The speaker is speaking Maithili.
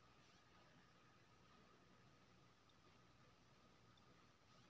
बेपार मे घाटा भए गेलासँ मुद्रा बाजार सँ पाय उठा सकय छी